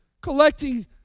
collecting